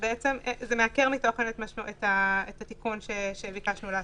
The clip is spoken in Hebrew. זה בעצם מעקר מתוכן את התיקון שביקשנו לעשות.